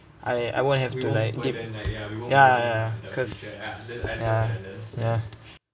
I I won't have to like dig ya ya cause ya ya